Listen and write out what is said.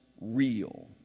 real